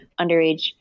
underage